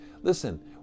listen